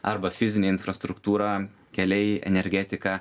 arba fizinė infrastruktūra keliai energetika